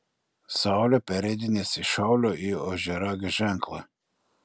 saulė pereidinės iš šaulio į ožiaragio ženklą